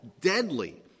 deadly